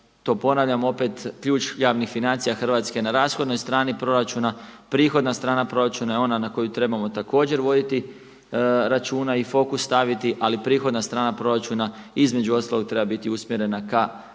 to ponavljam opet, ključ javnih financija Hrvatske na rashodnoj strani proračuna, prihoda strana proračuna je ona na koju trebamo također voditi računa i fokus staviti, ali prihodna strana proračuna između ostalog treba biti usmjerena ka